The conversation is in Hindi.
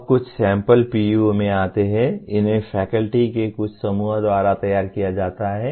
अब कुछ सैंपल PEO में आते हैं इन्हें फैकल्टी के कुछ समूह द्वारा तैयार किया जाता है